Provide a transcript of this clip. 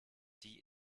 die